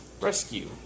rescue